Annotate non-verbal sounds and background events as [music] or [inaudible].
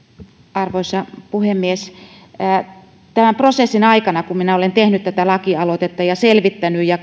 arvoisa puhemies tämän prosessin aikana kun minä olen tehnyt tätä lakialoitetta ja selvittänyt ja [unintelligible]